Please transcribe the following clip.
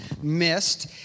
missed